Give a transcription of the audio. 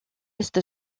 est